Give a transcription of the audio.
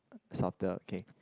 softer okay